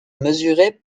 mesurait